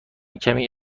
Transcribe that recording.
کمی